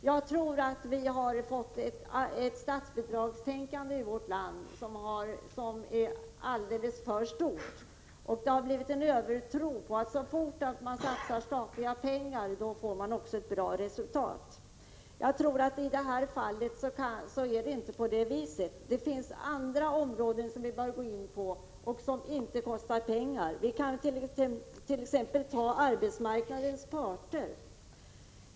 Jag tror att vi i vårt land har fått för mycket av ett statsbidragstänkande. Det har blivit en övertro på statsbidrag; man tror att om man bara satsar statliga pengar får man också ett bra resultat. Jag tror inte att det är på det sättet i det här fallet. Det finns andra områden som vi bör gå in på och som det inte kostar pengar att gå in på. Ta t.ex. arbetsmarknadens parter!